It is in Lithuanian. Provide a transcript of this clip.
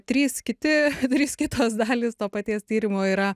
trys kiti trys kitos dalys to paties tyrimo yra